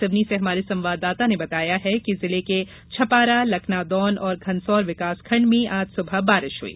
सिवनी से हमारे संवाददाता ने बताया है कि जिले के छपारा लखनादौन और घनसौर विकासखंड में आज सुबह बारिश हुई